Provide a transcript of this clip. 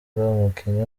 umukinnyi